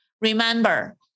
Remember